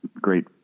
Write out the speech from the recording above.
great